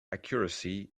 accuracy